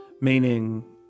meaning